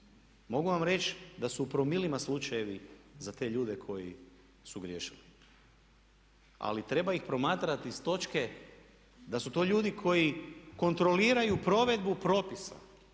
Mogu vam reći da su u promilima slučajevi za te ljude koji su griješili ali treba ih promatrati s točke da su to ljudi koji kontroliraju provedbu propisa